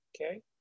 Okay